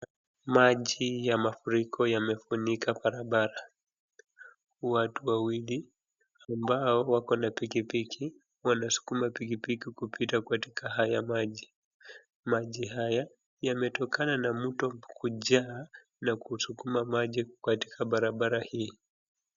Maji ya mafuriko yamefunika barabara. Watu wawili ambao wakona pikipiki wanasukuma pikipiki kupita haya maji. Maji haya wametokana na mto kujaa na kusukuma maji katika barabara hii.